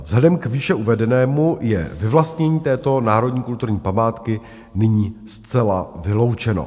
Vzhledem k výše uvedenému je vyvlastnění této národní kulturní památky nyní zcela vyloučeno.